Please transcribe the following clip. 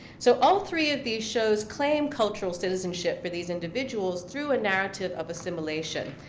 so all three of these shows claim cultural citizenship for these individuals through a narrative of assimilation,